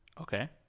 Okay